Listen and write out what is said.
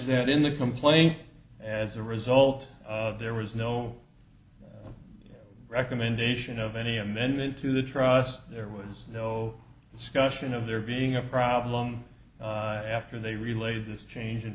that in the complaint as a result there was no recommendation of any amendment to the trust there was no discussion of there being a problem after they relayed this change in